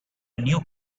new